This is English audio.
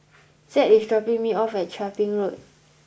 Zed is dropping me off at Chia Ping Road